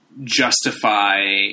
justify